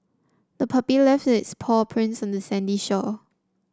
the puppy left its paw prints on the sandy shore